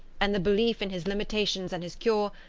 and the belief in his limitations and his cure,